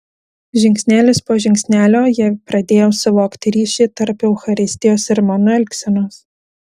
žingsnelis po žingsnelio jie pradėjo suvokti ryšį tarp eucharistijos ir mano elgsenos